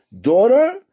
daughter